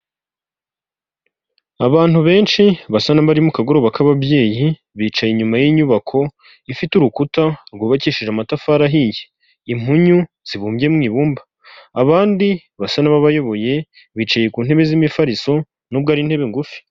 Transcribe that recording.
Abantu benshi, basa n'abari mu kagoroba k'ababyeyi bicaye inyuma y'inyubako, ifite urukuta rwubakishije amatafari ahiye. Impunyu zibumbye mu ibumba. Abandi basa n'ababayoboye bicaye ku ntebe zimifariso, n'ubwo ari intebe ngufi.